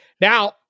Now